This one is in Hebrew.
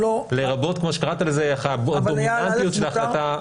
לרבות כמו שקראת לזה "הדומיננטיות של ההחלטה ---".